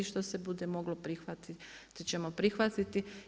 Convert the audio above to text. Što se bude moglo prihvatiti ćemo prihvatiti.